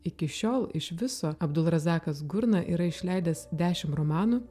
iki šiol iš viso abdulrazakas gurna yra išleidęs dešim romanų